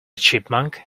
chipmunk